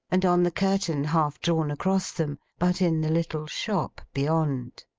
and on the curtain half drawn across them, but in the little shop beyond.